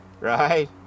Right